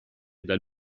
dal